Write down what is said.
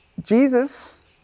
Jesus